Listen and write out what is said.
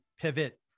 pivot